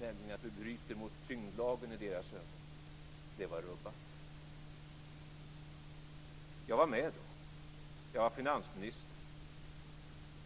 där vi i deras ögon bryter mot tyngdlagen var rubbat. Jag var med då. Jag var finansminister.